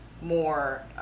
more